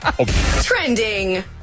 Trending